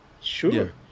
sure